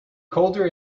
colder